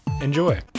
Enjoy